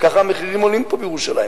כך המחירים עולים פה בירושלים,